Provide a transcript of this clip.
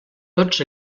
tots